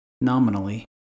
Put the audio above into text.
Nominally